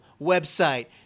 website